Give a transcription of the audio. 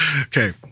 Okay